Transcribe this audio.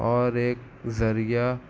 اور ایک ذریعہ